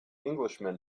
englishman